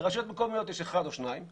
לרשויות מקומיות יש אחד או שניים,